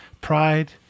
Pride